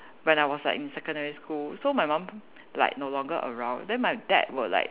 when I was like in secondary school so my mum like no longer around then my dad will like